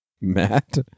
Matt